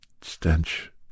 stench